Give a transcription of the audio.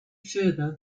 further